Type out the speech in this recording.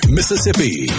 Mississippi